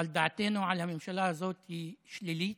אבל דעתנו על הממשלה הזאת היא שלילית,